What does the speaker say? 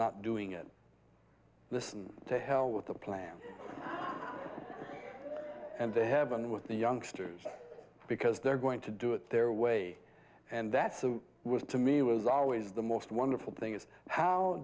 not doing it this and to hell with the plan and they haven't with the youngsters because they're going to do it their way and that's the was to me was always the most wonderful thing is how